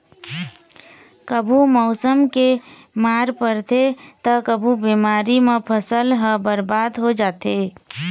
कभू मउसम के मार परथे त कभू बेमारी म फसल ह बरबाद हो जाथे